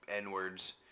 N-words